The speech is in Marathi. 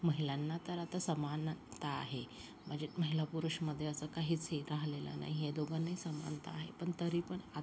महिलांना तर आता समानता आहे म्हणजे महिला पुरुषमध्ये असं काहीच हे राहिलेलं नाही आहे दोघांनाही समानता आहे पण तरी पण